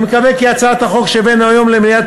אני מקווה כי הצעת החוק שהבאנו היום למליאת